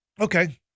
Okay